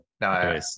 no